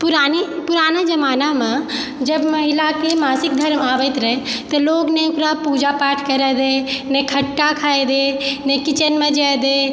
पुरानी पुराना जमानामे जब महिलाके मासिक धर्म आबैत रहय तऽ लोक नहि ओकरा पूजा पाठ करऽ दै रहय नहि खट्टा खाइ दै नहि किचनमे जाइ दै